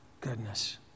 goodness